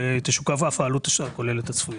תשוקף אף העלות הכוללת הצפויה.